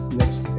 next